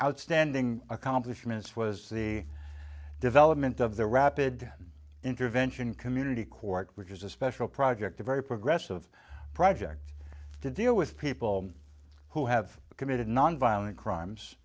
outstanding accomplishments was the development of the rapid intervention community court which is a special project a very progressive project to deal with people who have committed nonviolent crimes